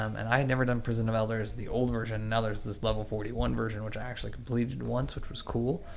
um and i had never done prison of elders, the old version. now, there's this level forty one version, which i actually completed once, which was cool.